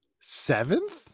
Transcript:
Seventh